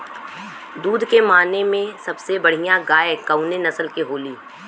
दुध के माने मे सबसे बढ़ियां गाय कवने नस्ल के होली?